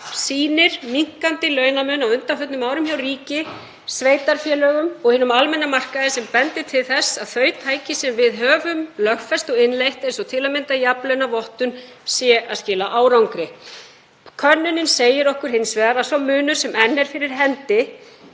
sýnir minnkandi launamun á undanförnum árum hjá ríki, sveitarfélögum og hinum almenna markaði, sem bendir til þess að þau tæki sem við höfum lögfest og innleitt, eins og til að mynda jafnlaunavottun, skili árangri. Könnunin segir okkur hins vegar að sá munur sem enn er fyrir hendi